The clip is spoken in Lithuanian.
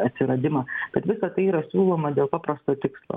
atsiradimą kad visa tai yra siūloma dėl paprasto tikslo